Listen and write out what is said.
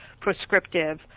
prescriptive